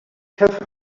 have